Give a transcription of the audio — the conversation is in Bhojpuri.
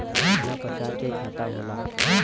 कितना प्रकार के खाता होला?